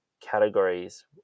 categories